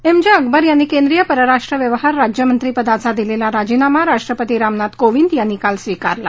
M J Akbar यांनी केंद्रीय परराष्ट्र व्यवहार राज्यमंत्रीपदाचा दिलेला राजीनामा राष्ट्रपती रामनाथ कोविंद यांनी काल स्वीकारला